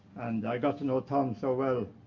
and i got to know tom so well